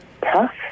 tough